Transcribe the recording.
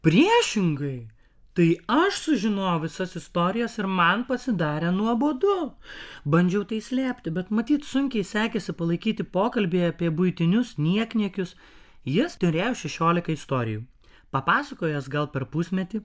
priešingai tai aš sužinojau visas istorijas ir man pasidarė nuobodu bandžiau tai slėpti bet matyt sunkiai sekėsi palaikyti pokalbį apie buitinius niekniekius jis turėjo šešiolika istorijų papasakojęs gal per pusmetį